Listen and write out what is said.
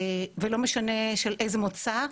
ולא משנה של איזה מוצא,